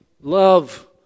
love